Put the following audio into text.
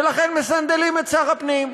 ולכן מסנדלים את שר הפנים,